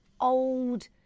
old